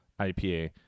IPA